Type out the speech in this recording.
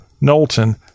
Knowlton